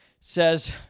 says